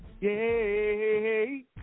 Yay